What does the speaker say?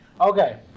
Okay